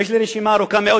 ויש לי רשימה ארוכה מאוד,